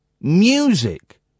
music